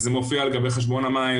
וזה מופיע על גבי חשבון המים,